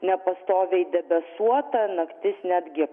nepastoviai debesuota naktis netgi